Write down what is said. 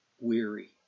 weary